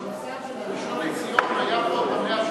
המוסד של הראשון לציון היה פה במאה ה-18.